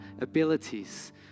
abilities